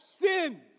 sin